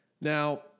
Now